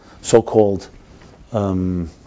so-called